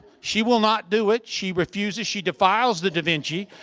she will not do it. she refuses. she defiles the da vinci.